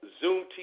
Zoom